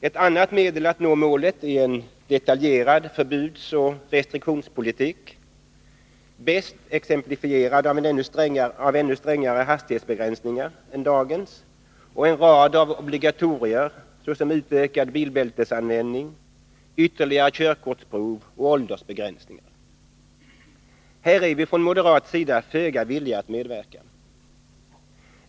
Ett annat medel att nå målet är en detaljerad förbudsoch restriktionspolitik, bäst exemplifierad av ännu strängare hastighetsbegränsningar än dagens och en rad av obligatorier, såsom utökad bilbältesanvändning, ytterligare körkortsprov och åldersbegränsningar. Här är vi från moderat sida föga villiga att medverka.